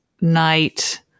night